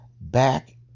back